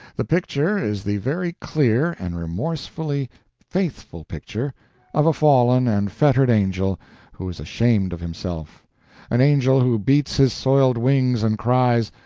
the picture is the very clear and remorsefully faithful picture of a fallen and fettered angel who is ashamed of himself an angel who beats his soiled wings and cries,